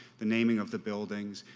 the naming of the buildings,